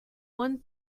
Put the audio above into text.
one